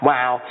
Wow